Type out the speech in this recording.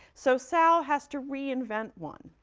so sal has to reinvent one,